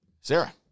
sarah